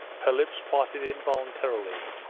her lips parted involuntarily,